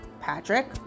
Patrick